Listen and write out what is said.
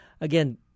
again